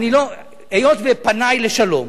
היות שפני לשלום,